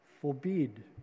Forbid